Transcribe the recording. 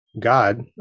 god